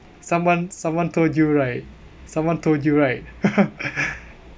someone someone told you right someone told you right